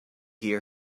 hear